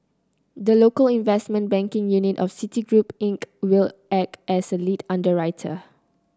the local investment banking unit of Citigroup Inc will act as lead underwriter